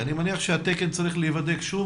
אני מניח שהתקן שניתן,